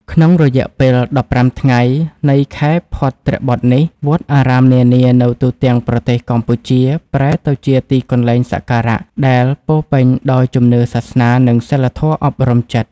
ក្នុងរយៈពេល ១៥ ថ្ងៃនៃខែភទ្របទនេះ វត្តអារាមនានានៅទូទាំងប្រទេសកម្ពុជា ប្រែទៅជាទីកន្លែងសក្ការៈដែលពោរពេញដោយជំនឿសាសនា និងសីលធម៌អប់រំចិត្ត។